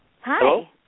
Hi